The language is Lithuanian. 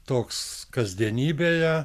toks kasdienybėje